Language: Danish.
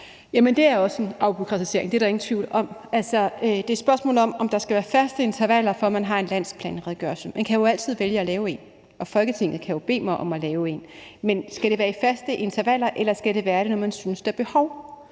det er også en afbureaukratisering. Det er der ingen tvivl om. Det er et spørgsmål om, om der skal være faste intervaller for, at man har en landsplanredegørelse. Man kan jo altid vælge at lave en, og Folketinget kan jo bede mig om at lave en. Men skal det være i faste intervaller, eller skal det være, når man synes, der er behov